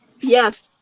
yes